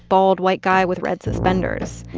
bald white guy with red suspenders.